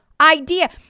Idea